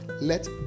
let